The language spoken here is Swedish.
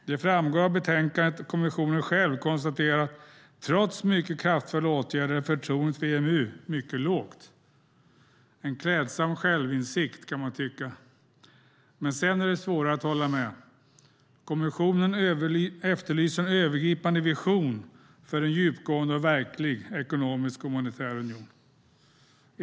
Det framgår av utlåtandet att kommissionen själv konstaterar att trots mycket kraftfulla åtgärder är förtroendet för EMU mycket lågt. Det är en klädsam självinsikt, kan man tycka. Men sedan är det svårare att hålla med. Kommissionen efterlyser en övergripande vision för en djupgående och verklig ekonomisk och monetär union.